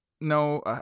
no